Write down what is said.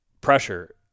Pressure